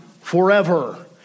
forever